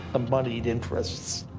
the moneyed interests,